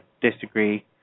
disagree